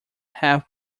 have